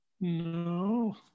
No